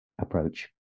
approach